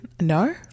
No